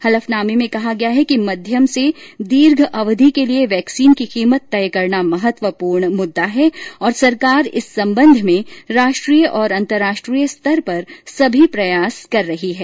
हलफनामे में कहा गया है कि मध्यम से दीर्घ अवधि के लिए वैक्सीन की कीमत तय करना महत्वपूर्ण मुद्दा है और सरकार इस संबंध में राष्ट्रीय और अंतर्राष्ट्रीय स्तर पर सभी प्रयास कर रही है